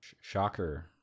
Shocker